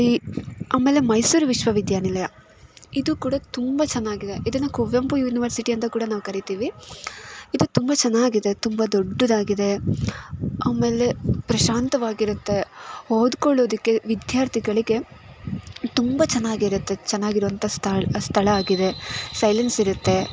ಈ ಆಮೇಲೆ ಮೈಸೂರು ವಿಶ್ವವಿದ್ಯಾನಿಲಯ ಇದು ಕೂಡ ತುಂಬಾ ಚೆನ್ನಾಗಿದೆ ಇದನ್ನು ಕುವೆಂಪು ಯುನಿವರ್ಸಿಟಿ ಅಂತ ಕೂಡ ನಾವು ಕರಿತೀವಿ ಇದು ತುಂಬ ಚೆನ್ನಾಗಿದೆ ತುಂಬ ದೊಡ್ಡದಾಗಿದೆ ಆಮೇಲೆ ಪ್ರಶಾಂತವಾಗಿರುತ್ತೆ ಓದ್ಕೊಳ್ಳೋದಕ್ಕೆ ವಿದ್ಯಾರ್ಥಿಗಳಿಗೆ ತುಂಬ ಚೆನ್ನಾಗಿರುತ್ತೆ ಚೆನ್ನಾಗಿರುವಂಥ ಸ್ಥಳ ಸ್ಥಳ ಆಗಿದೆ ಸೈಲೆನ್ಸ್ ಇರುತ್ತೆ